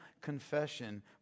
confession